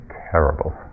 terrible